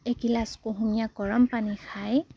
এগিলাচ কুহুমীয়া গৰম পানী খায়